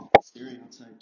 stereotypes